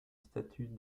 statut